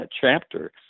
chapter